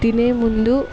తినేముందు